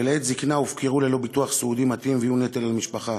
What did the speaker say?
ולעת זיקנה הופקרו ללא ביטוח סיעודי מתאים ויהיו נטל על המשפחה.